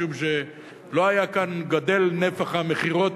משום שלא היה גדֵל כאן נפח המכירות